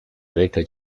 greater